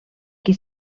qui